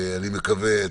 אני מקווה,